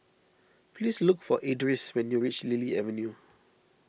please look for Edris when you reach Lily Avenue